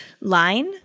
Line